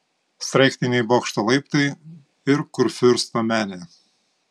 sraigtiniai bokšto laiptai ir kurfiursto menė